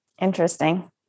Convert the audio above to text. Interesting